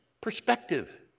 perspective